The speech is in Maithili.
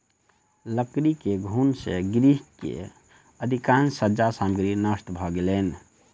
लकड़ी के घुन से गृह के अधिकाँश सज्जा सामग्री नष्ट भ गेलैन